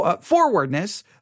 forwardness